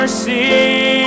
mercy